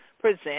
present